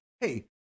Hey